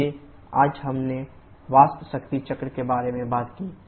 इसलिए आज हमने वाष्प शक्ति चक्र के बारे में बात की